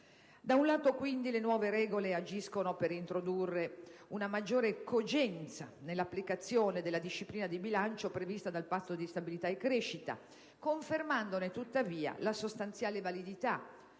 Da un lato, quindi, le nuove regole agiscono per introdurre una maggiore cogenza nell'applicazione della disciplina di bilancio prevista dal Patto di stabilità e crescita, confermandone tuttavia la sostanziale validità,